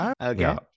Okay